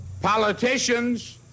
politicians